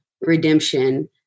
redemption